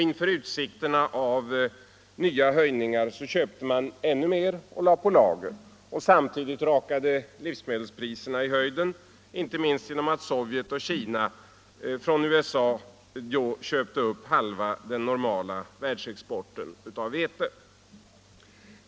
Inför utsikterna av nya höjningar köpte man ännu mer och lade på lager, och samtidigt rakade livsmedelspriserna i höjden, inte minst genom att Sovjet och Kina från USA då köpte upp halva den normala världsexporten av vete.